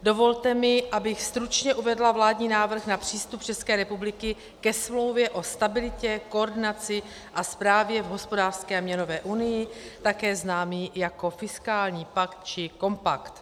Dovolte mi, abych stručně uvedla vládní návrh na přístup ČR ke Smlouvě o stabilitě, koordinaci a správě v hospodářské a měnové unii, také známý jako fiskální pakt či kompakt.